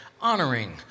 honoring